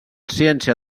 ciència